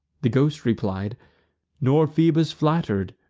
the ghost replied nor phoebus flatter'd,